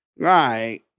right